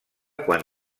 quan